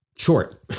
short